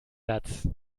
satz